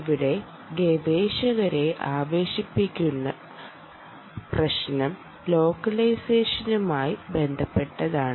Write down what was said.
ഇവിടെ ഗവേഷകരെ ആവേശിപ്പിച്ചു കൊണ്ടിരിക്കുന്ന പ്രശ്നം ലോക്കലൈസേഷനുമായി ബന്ധപ്പെട്ടതാണ്